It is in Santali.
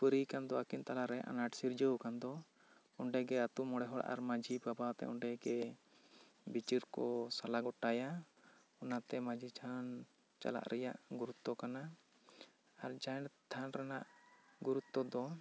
ᱠᱷᱟᱹᱯᱟᱹᱨᱤᱭᱟᱹ ᱟᱠᱟᱱ ᱫᱚ ᱟᱠᱤᱱ ᱛᱟᱞᱟᱨᱮ ᱟᱱᱟᱴ ᱥᱤᱨᱡᱟᱹᱣ ᱠᱟᱱ ᱫᱚ ᱚᱸᱰᱮ ᱜᱮ ᱟᱛᱳ ᱢᱚᱬᱮ ᱦᱚᱲ ᱟᱨ ᱢᱟᱹᱡᱷᱤ ᱵᱟᱵᱟ ᱟᱛᱮ ᱚᱸᱰᱮ ᱜᱮ ᱵᱤᱪᱟᱹᱨ ᱠᱚ ᱥᱟᱞᱟ ᱜᱚᱴᱟᱭᱟ ᱚᱱᱟᱛᱮ ᱢᱟᱹᱡᱷᱤ ᱛᱷᱟᱱ ᱪᱟᱞᱟᱜ ᱨᱮᱭᱟᱜ ᱜᱩᱨᱩᱛᱛᱚ ᱠᱟᱱᱟ ᱟᱨ ᱡᱟᱦᱮᱨ ᱛᱷᱟᱱ ᱨᱮᱭᱟᱜ ᱜᱩᱨᱩᱛᱛᱚ ᱫᱚ